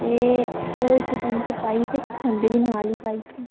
ते ओह् इक चमच पाई ते खंड बी नाल ई पाई दित्ती